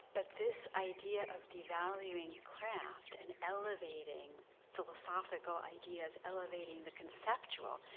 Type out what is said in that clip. but this idea of devaluing craft and elevating philosophical ideas, elevating the conceptual,